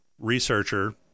researcher